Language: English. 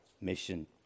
mission